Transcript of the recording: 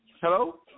Hello